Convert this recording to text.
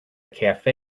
cafe